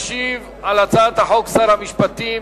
ישיב על הצעת החוק שר המשפטים,